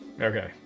Okay